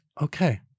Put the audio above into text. okay